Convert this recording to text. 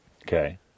Okay